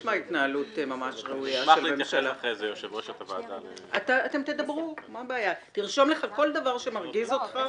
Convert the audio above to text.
שר העבודה, הרווחה והשירותים החברתיים חיים כץ: